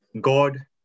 God